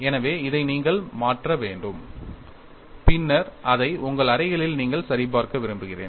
எனவே இதை நீங்கள் மாற்ற வேண்டும் பின்னர் அதை உங்கள் அறைகளில் நீங்கள் சரிபார்க்க விரும்புகிறேன்